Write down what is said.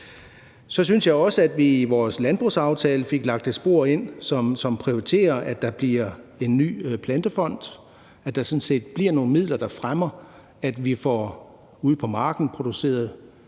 Så synes jeg også, at vi i vores landbrugsaftale fik lagt et spor ind, som prioriterer, at der bliver en ny plantefond, og at der sådan set bliver nogle midler, der fremmer, at vi ude på marken får produceret